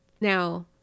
Now